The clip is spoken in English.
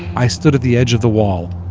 i stood at the edge of the wall.